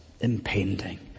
impending